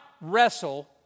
wrestle